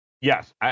Yes